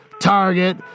Target